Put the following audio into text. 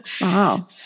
Wow